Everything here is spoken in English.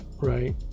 right